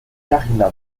karina